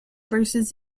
verses